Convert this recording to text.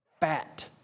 fat